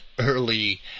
early